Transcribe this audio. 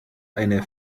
eine